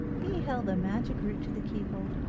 he held the magic root to the keyhole,